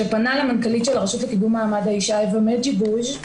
שפנה למנכ"לית של הרשות לקידום מעמד האישה אווה מדז'יבוז',